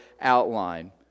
outline